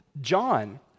John